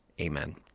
Amen